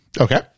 okay